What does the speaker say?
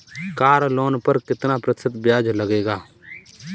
Car loan पर कितना प्रतिशत ब्याज लगेगा?